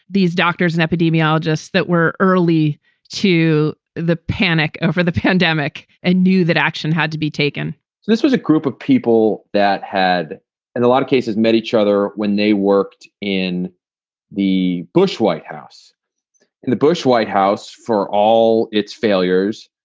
these doctors and epidemiologists that we're early to the panic over the pandemic and knew that action had to be taken so this was a group of people that had and a lot of cases, met each other when they worked in the bush white house and the bush white house for all its failures.